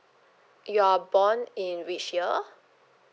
you're born in which year